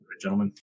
Gentlemen